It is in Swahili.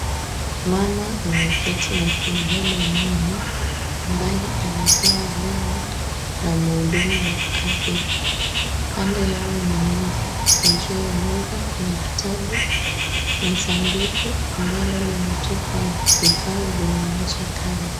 Mama ameketi na kumbeba mwana, ambaye amepewa dawa na mhudumu wa afya. Kando yao ni meza na juu ya meza kuna kitabu na sanduku ambalo vimetupwa vifaa vyenye ncha kali.